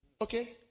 okay